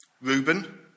Reuben